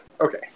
Okay